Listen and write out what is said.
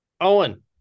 Owen